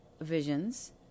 visions